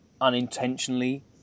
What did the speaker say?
unintentionally